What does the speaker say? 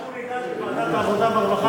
אנחנו נדאג בוועדת העבודה והרווחה